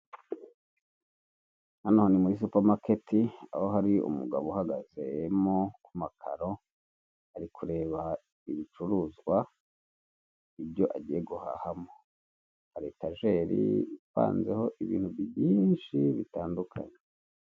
Hano ni muri supermarket aho hari umugabo uhagazemo ku makaro ari kureba ibicuruzwa ibyo agiye guhahamo, hari etajeri ipanzeho ibintu byinshi bitandukanye.